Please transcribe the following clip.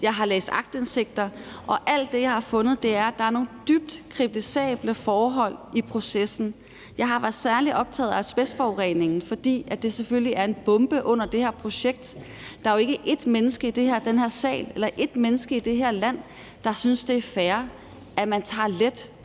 Jeg har læst aktindsigter, og alt det, jeg har fundet, er, at der er nogle dybt kritisable forhold i processen. Jeg har været særlig optaget af asbestforureningen, fordi det selvfølgelig er en bombe under det her projekt. Der er jo ikke ét menneske i den her sal eller ét menneske i det her land, der synes, det er fair, at man tager let